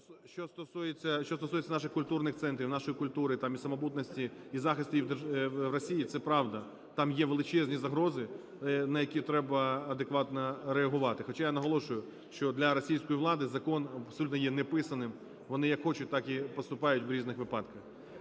Що стосується наших культурних центрів, нашої культури і самобутності і захисту її в Росії, це правда, там є величезні загрози, на які треба адекватно реагувати. Хоча я наголошую, що для російської влади закон абсолютно є неписаним, вони, як хочуть, так і поступають в різних випадках.